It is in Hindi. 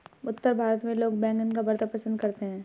उत्तर भारत में लोग बैंगन का भरता पंसद करते हैं